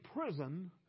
prison